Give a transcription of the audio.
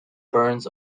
burns